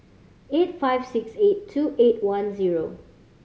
eight five six eight two eight one zero